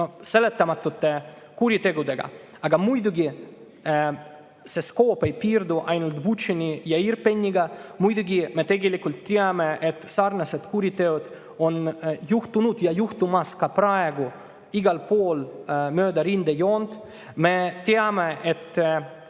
seletamatute kuritegudega. Aga muidugi see skoop ei piirdu ainult Butša ja Irpiniga. Muidugi me tegelikult teame, et sarnased kuriteod on olnud ja on ka praegu igal pool mööda rindejoont. Me teame, et